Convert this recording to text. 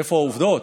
איפה העובדות?